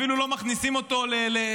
אפילו לא מכניסים אותו בכיוון.